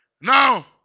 Now